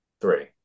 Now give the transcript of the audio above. Three